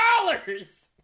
dollars